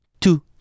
two